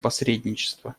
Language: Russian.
посредничества